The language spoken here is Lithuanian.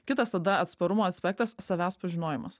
kitas tada atsparumo aspektas savęs pažinojimas